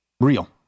Real